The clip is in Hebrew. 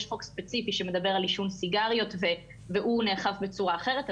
יש חוק ספציפי שמדבר על עישון סיגריות והוא נאכף בצורה אחרת.